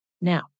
Now